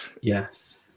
Yes